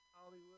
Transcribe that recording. Hollywood